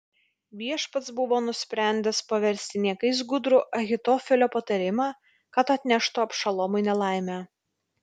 viešpats buvo nusprendęs paversti niekais gudrų ahitofelio patarimą kad atneštų abšalomui nelaimę